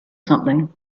something